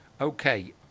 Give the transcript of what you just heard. Okay